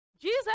Jesus